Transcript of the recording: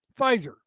Pfizer